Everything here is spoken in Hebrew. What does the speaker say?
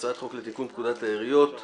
הצעת חוק לתיקון פקודת העיריות (מס'